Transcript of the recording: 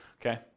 Okay